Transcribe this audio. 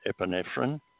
epinephrine